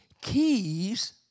keys